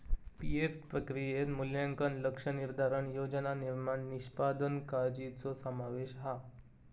PF प्रक्रियेत मूल्यांकन, लक्ष्य निर्धारण, योजना निर्माण, निष्पादन काळ्जीचो समावेश हा